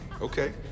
Okay